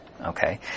Okay